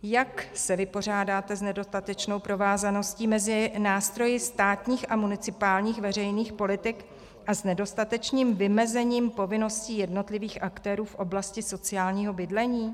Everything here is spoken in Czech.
Jak se vypořádáte s nedostatečnou provázaností mezi nástroji státních a municipálních veřejných politik a s nedostatečným vymezením povinností jednotlivých aktérů v oblasti sociálního bydlení?